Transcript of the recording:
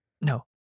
No